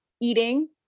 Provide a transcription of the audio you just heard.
eating